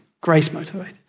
Grace-motivated